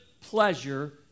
pleasure